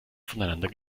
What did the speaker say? voneinander